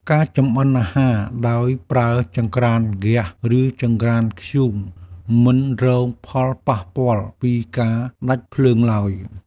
ការចម្អិនអាហារដោយប្រើចង្រ្កានហ្គាស ឬចង្រ្កានធ្យូង មិនរងផលប៉ះពាល់ពីការដាច់ភ្លើងឡើយ។